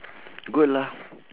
good lah